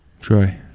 Troy